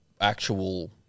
actual